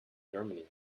germany